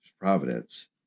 providence